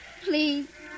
Please